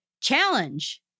Challenge